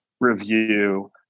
review